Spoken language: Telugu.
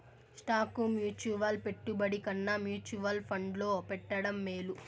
స్టాకు మ్యూచువల్ పెట్టుబడి కన్నా మ్యూచువల్ ఫండ్లో పెట్టడం మేలు